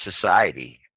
society